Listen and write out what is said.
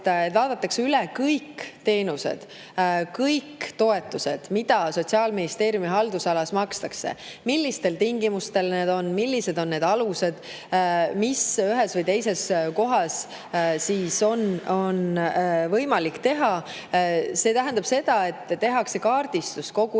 vaadatakse üle kõik teenused, kõik toetused, mida Sotsiaalministeeriumi haldusalas makstakse, millistel tingimustel need on, millised on need alused, millele [toetudes] ühes või teises kohas on võimalik midagi teha. See tähendab seda, et tehakse kaardistus kogu